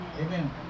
Amen